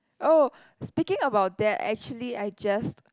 oh speaking about that actually I just